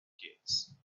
kids